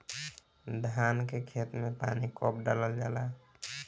धान के खेत मे पानी कब डालल जा ला?